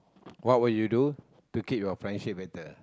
what would you do to keep your friendship better